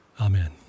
Amen